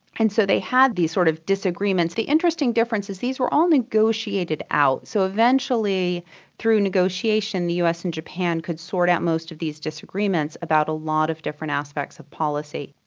and so they had these sort of disagreements. the interesting difference is these were all negotiated out. so eventually through negotiation the us and japan could sort out most of these disagreements about a lot of different aspects of policy.